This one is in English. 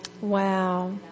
Wow